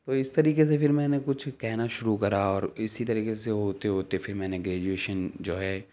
تو اس طریقے سے پھر میں نے کچھ کہنا شروع کرا اور اسی طریقے سے ہوتے ہوتے پھر میں نے گریجویشن جو ہے